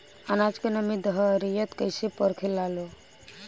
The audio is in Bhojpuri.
आनाज के नमी घरयीत कैसे परखे लालो?